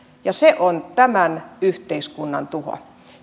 se on tämän yhteiskunnan tuho